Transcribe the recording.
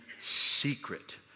secret